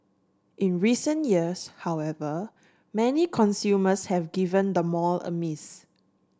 in recent years however many consumers have given the mall a miss